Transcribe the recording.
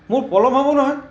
মোৰ পলম হ'ব নহয়